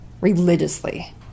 religiously